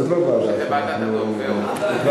זאת לא ועדה שאנחנו,